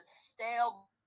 stale